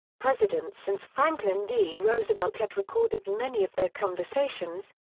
presidents since franklin d. roosevelt had recorded many of their conversations,